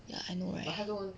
ya I know right